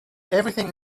everything